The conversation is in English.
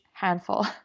handful